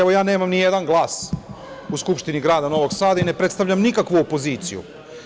Evo, ja nemam nijedan glas u Skupštini grada Novog Sada i ne predstavljam nikakvu opoziciju.